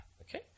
Okay